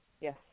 Yes